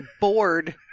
bored